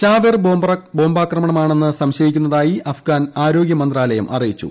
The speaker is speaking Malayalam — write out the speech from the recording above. ചാവേർ ബോംബാക്രമണമെന്നു സംശയിക്കുന്നതായി അഫ്ഗാൻ ആരോഗ്യമന്ത്രാലയം അറിയിച്ചു